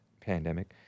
pandemic